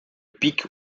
pics